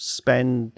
spend